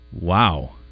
Wow